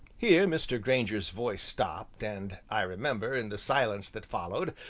here mr. grainger's voice stopped, and i remember, in the silence that followed,